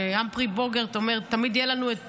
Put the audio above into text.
כשהמפרי בוגרט אומר "תמיד יהיה לנו את פריז"